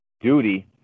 duty